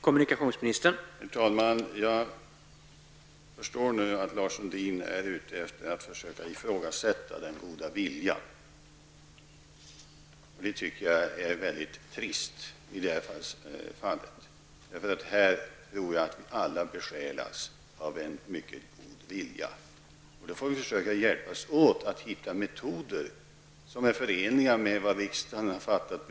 Herr talman! Jag förstår nu att Lars Sundin är ute efter att ifrågasätta vår goda vilja. I det här fallet tycker jag det är mycket trist. Här tror jag nämligen att alla besjälas av en mycket god vilja. Vi får försöka hjälpas åt att finna metoder som är förenliga med de beslut som riksdagen har fattat.